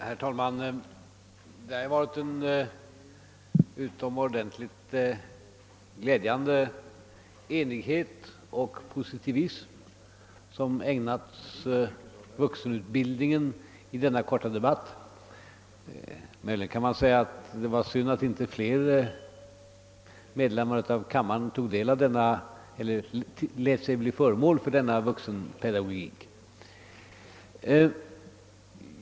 Herr talman! En utomordentligt glädjande enighet och positivitet har i denna korta debatt ägnats vuxenutbildningen. Man kan möjligen säga att det var synd att inte fler medlemmar av kammaren lät sig bli föremål för denna vuxenpedagogik.